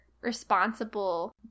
responsible